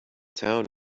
town